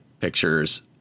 Pictures